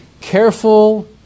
careful